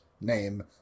name